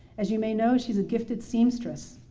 as you may know, she's a gifted seamstress.